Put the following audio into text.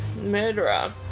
murderer